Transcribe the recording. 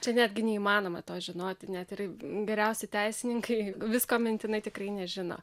čia netgi neįmanoma to žinoti net ir geriausi teisininkai visko mintinai tikrai nežino